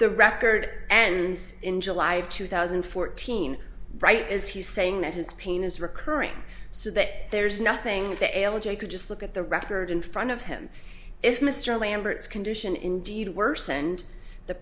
the record and in july of two thousand and fourteen right is he saying that his pain is recurring so that there's nothing to l j could just look at the record in front of him if mr lambert's condition indeed worsened the